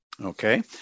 okay